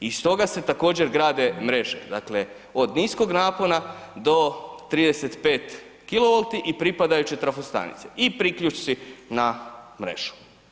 I iz toga se također grade mreže, dakle od niskog napona do 35 kW i pripadajuće trafostanice i priključci na mrežu.